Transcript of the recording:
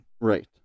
Right